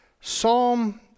Psalm